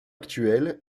actuel